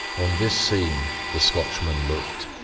on this scene the scotchman looked,